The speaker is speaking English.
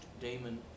Damon